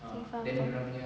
okay faham faham